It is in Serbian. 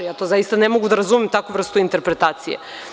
Ja to zaista ne mogu da razumem, takvu vrstu interpretacije.